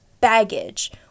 baggage